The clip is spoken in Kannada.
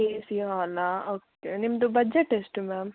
ಎ ಸಿ ಹಾಲ ಓಕೆ ನಿಮ್ಮದು ಬಜ್ಜೆಟ್ ಎಷ್ಟು ಮ್ಯಾಮ್